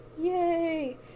Yay